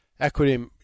Equity